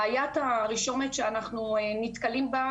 בעיית הרישומת שאנחנו נתקלים בה,